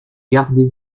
gardez